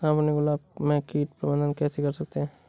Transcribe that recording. हम अपने गुलाब में कीट प्रबंधन कैसे कर सकते है?